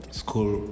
school